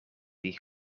die